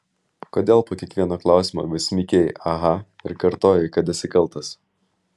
kodėl po kiekvieno klausimo vis mykei aha ir kartojai kad esi kaltas